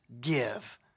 give